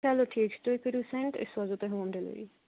چلو ٹھیٖک چھُ تُہۍ کٔرِو سٮ۪نٛڈ أسۍ سوزو تۄہہِ ہوم ڈیٚلؤری